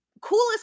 coolest